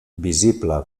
visible